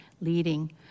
leading